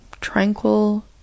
tranquil